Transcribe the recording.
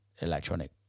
electronic